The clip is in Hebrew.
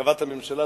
הרכבת הממשלה,